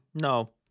No